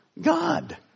God